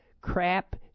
crap